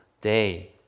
day